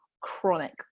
chronic